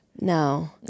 No